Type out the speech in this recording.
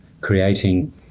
creating